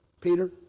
Peter